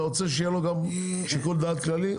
אתה רוצה שיהיה לו גם שיקול דעת כללי?